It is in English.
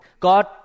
God